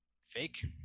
Fake